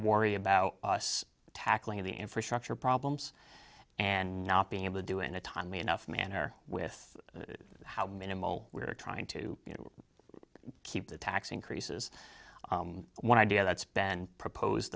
warre about tackling the infrastructure problems and not being able to do it in a timely enough manner with how minimal we're trying to keep the tax increases one idea that's been proposed